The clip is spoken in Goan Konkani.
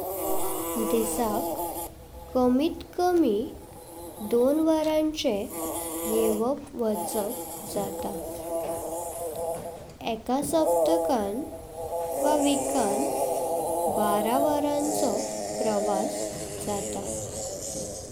दिसाक कमीट कमी दोन वर्षांनी येवप वाचप जाता। एका साप्तकान वा वीकान बारा वर्षाचो प्रवास जाता।